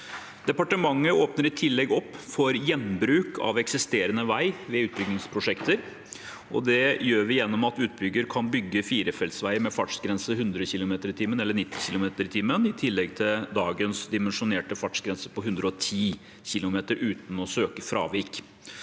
Departementet åpner i tillegg opp for gjenbruk av eksisterende vei ved utbyggingsprosjekter, og det gjør vi gjennom at utbygger kan bygge firefeltsvei med fartsgrense 100 km/t eller 90 km/t, i tillegg til dagens dimensjonerte fartsgrense på 110 km/t, uten å søke fravik.